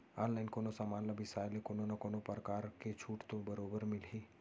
online कोनो समान ल बिसाय ले कोनो न कोनो परकार के छूट तो बरोबर मिलही